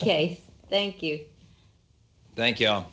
ok thank you thank you